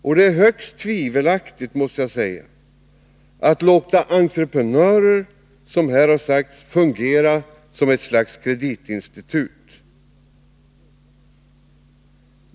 Men det är högst tvivelaktigt att, som här har sagts, låta entreprenörer fungera som kreditinstitut.